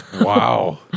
Wow